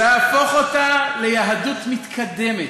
להפוך אותה ליהדות מתקדמת.